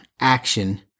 action